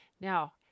Now